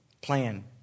plan